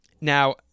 now